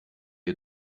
ihr